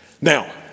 Now